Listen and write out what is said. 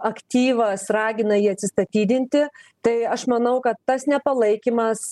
aktyvas ragina jį atsistatydinti tai aš manau kad tas nepalaikymas